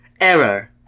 Error